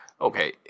okay